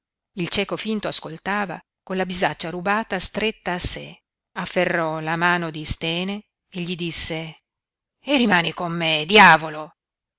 il cieco finto ascoltava con la bisaccia rubata stretta a sé afferrò la mano di istène e gli disse e rimani con me diavolo